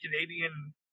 Canadian